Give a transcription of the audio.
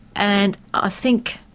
and i think